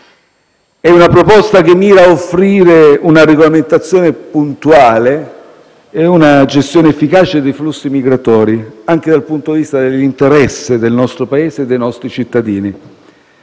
è una proposta che mira a offrire una regolamentazione puntuale e una gestione efficiente dei flussi migratori, anche dal punto di vista dell'interesse del nostro Paese e dei nostri cittadini.